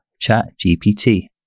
ChatGPT